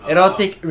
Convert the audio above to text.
Erotic